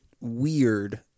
weird